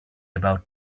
about